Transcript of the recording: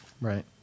Right